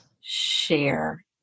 share